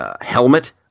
helmet